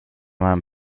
meinem